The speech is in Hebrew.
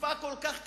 בתקופה כל כך קשה,